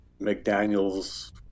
McDaniel's